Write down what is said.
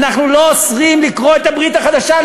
אנחנו לא אוסרים לקרוא את הברית החדשה.